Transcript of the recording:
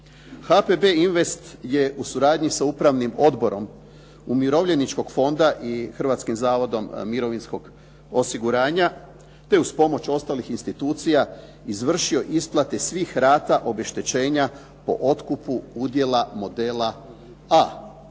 HPB invest je u suradnji sa upravnim odborom umirovljeničkog fonda i Hrvatskim zavodom mirovinskog osiguranja te uz pomoć ostalih institucija izvršio isplate svih rata obeštećenja po otkupu udjela modela a,